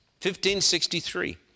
1563